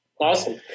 Awesome